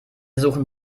suchen